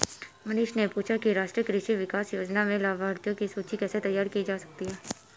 मनीष ने पूछा कि राष्ट्रीय कृषि विकास योजना के लाभाथियों की सूची कैसे तैयार की जा सकती है